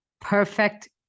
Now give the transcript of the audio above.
perfect